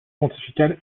pontificale